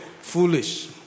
foolish